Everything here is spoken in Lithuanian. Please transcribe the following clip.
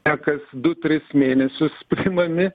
na kas du tris mėnesius priimami